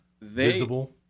visible